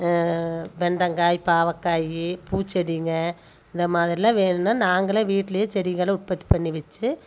வெண்டைங்காய் பாகக்காய் பூச்செடிங்க இந்தமாதிரிலாம் வேணும்னா நாங்களே வீட்டுலேயே செடிகளை உற்பத்தி பண்ணி வச்சி